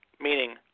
meaning